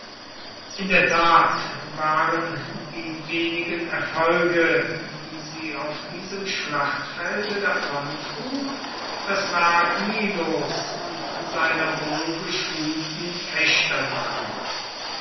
in der tat waren die wenigen erfolge die sie auf diesem schlachtfelde davon trug das werk milos und seiner